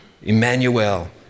Emmanuel